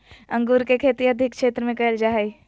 अंगूर के खेती अधिक क्षेत्र में कइल जा हइ